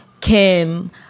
Kim